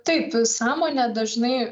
taip sąmonė dažnai